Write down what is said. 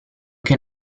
che